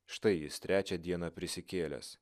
štai jis trečią dieną prisikėlęs